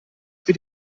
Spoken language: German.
für